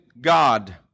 God